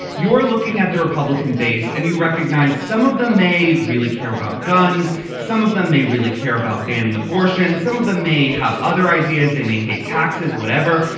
you're looking at the republican base and you recognize some of them may really care about guns. some of them may really care about banning abortion some of them may have other ideas they may hate taxes whatever.